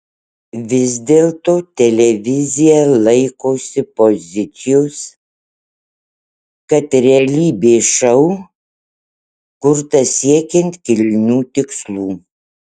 vis dėlto televizija laikosi pozicijos kad realybės šou kurtas siekiant kilnių tikslų